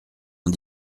ont